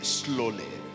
slowly